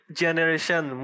generation